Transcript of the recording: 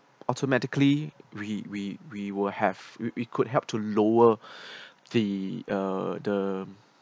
automatically we we we will have we we could help to lower the uh the